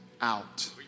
out